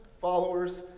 followers